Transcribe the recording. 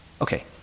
Okay